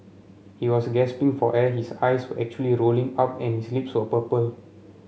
he was gasping for air his eyes were actually rolling up and his lips were purple